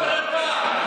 חבר הכנסת סמוטריץ',